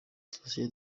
thacien